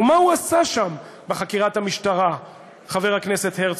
מה עשה שם בחקירת המשטרה חבר הכנסת הרצוג?